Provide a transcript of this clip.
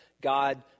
God